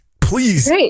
please